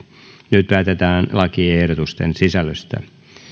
nyt päätetään lakiehdotusten sisällöstä